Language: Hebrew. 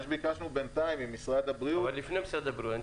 מה שביקשנו בינתיים ממשרד הבריאות --- אבל לפני משרד הבריאות.